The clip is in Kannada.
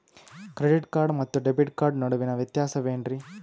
ಕ್ರೆಡಿಟ್ ಕಾರ್ಡ್ ಮತ್ತು ಡೆಬಿಟ್ ಕಾರ್ಡ್ ನಡುವಿನ ವ್ಯತ್ಯಾಸ ವೇನ್ರೀ?